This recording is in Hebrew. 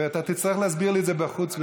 ואתה תצטרך להסביר לי את זה בחוץ,